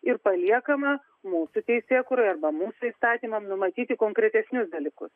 ir paliekama mūsų teisėkūrai arba mūsų įstatymam numatyti konkretesnius dalykus